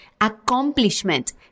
accomplishment